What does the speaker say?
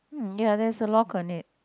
hmm ya there's a lock on it